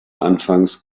anfangs